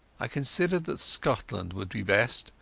i considered that scotland would be best,